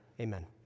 Amen